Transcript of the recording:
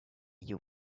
you